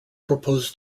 proposed